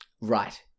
right